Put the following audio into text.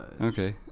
Okay